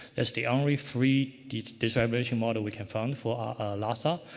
that's the only free digital elevation model we can find for lhasa.